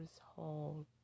Hall